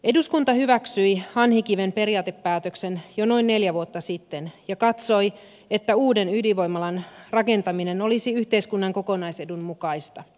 eduskunta hyväksyi hanhikiven periaatepäätöksen jo noin neljä vuotta sitten ja katsoi että uuden ydinvoimalan rakentaminen olisi yhteiskunnan kokonaisedun mukaista